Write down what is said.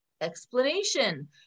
explanation